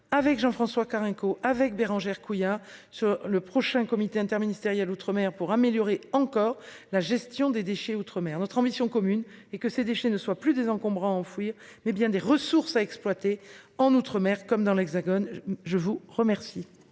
avec Jean-François Carenco avec Bérangère Couillard ce le prochain comité interministériel outre-mer pour améliorer encore la gestion des déchets outre-mer notre ambition commune et que ces déchets ne soient plus des encombrants enfouir mais bien des ressources à exploiter en outre-mer comme dans l'Hexagone. Je vous remercie.